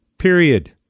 period